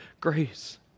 grace